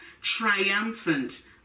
triumphant